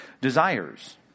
Desires